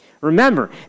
Remember